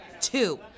Two